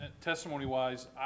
testimony-wise